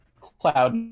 cloud